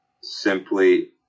simply